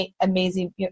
amazing